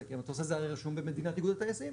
כי המטוס הזה הרי רשום במדינת איגוד הטייסים,